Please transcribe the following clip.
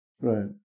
right